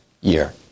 year